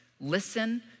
listen